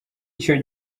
icyo